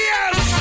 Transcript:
Yes